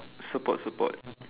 support support